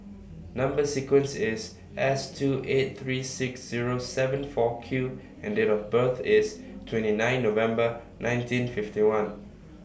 Number sequence IS S two eight three six Zero seven four Q and Date of birth IS twenty nine November nineteen fifty one